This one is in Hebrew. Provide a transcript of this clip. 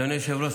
אדוני היושב-ראש,